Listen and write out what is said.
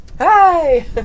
Hi